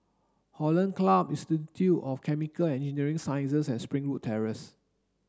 Hollandse Club Institute of Chemical and Engineering Sciences and Springwood Terrace